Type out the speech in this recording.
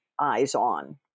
eyes-on